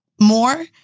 more